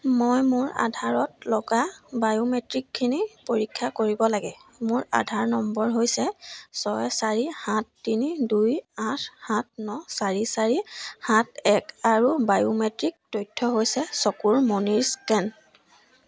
মই মোৰ আধাৰত লগা বায়োমেট্ৰিকখিনি পৰীক্ষা কৰিব লাগে মোৰ আধাৰ নম্বৰ হৈছে ছয় চাৰি সাত তিনি দুই আঠ সাত ন চাৰি চাৰি সাত এক আৰু বায়োমেট্ৰিক তথ্য হৈছে চকুৰ মণিৰ স্কেন